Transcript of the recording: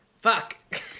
Fuck